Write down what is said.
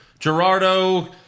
Gerardo